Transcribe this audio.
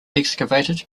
excavated